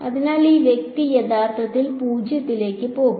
അതിനാൽ ഈ വ്യക്തി യഥാർത്ഥത്തിൽ 0 ലേക്ക് പോകും